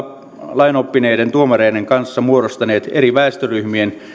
lainoppineiden tuomareiden kanssa muodostaneet eri väestöryhmien